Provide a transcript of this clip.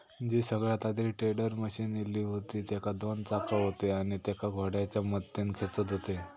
जी सगळ्यात आधी tedder machine इली हुती तेका दोन चाका हुती आणि तेका घोड्याच्या मदतीन खेचत हुते